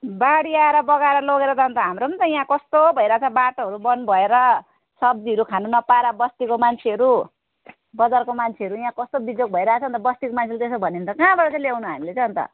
बाढी आएर बगााएर लगेर त अन्त हाम्रो पनि त यहाँ कस्तो भइरहेछ बाटोहरू बन्द भएर सब्जीहरू खानु नपाएर बस्तीको मान्छेहरू बजारको मान्छेहरू यहाँ कस्तो बिजोक भइरहेछ अन्त बस्तीको मान्छेले त्यस्तो भन्यो भने त कहाँबाट चाहिँ ल्याउनु हामीले चाहिँ अन्त